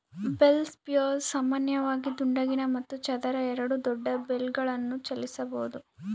bale spears ಸಾಮಾನ್ಯವಾಗಿ ದುಂಡಗಿನ ಮತ್ತು ಚದರ ಎರಡೂ ದೊಡ್ಡ ಬೇಲ್ಗಳನ್ನು ಚಲಿಸಬೋದು